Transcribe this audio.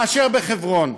בחברון.